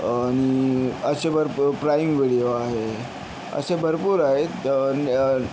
आणि असे भरपूर प्राईम व्हिडिओ आहे असं भरपूर आहे